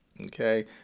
Okay